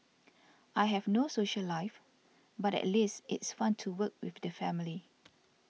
I have no social life but at least it's fun to work with the family